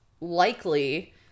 likely